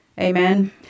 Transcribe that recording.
Amen